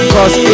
Cause